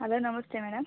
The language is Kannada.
ಹಲೋ ನಮಸ್ತೆ ಮೇಡಮ್